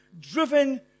driven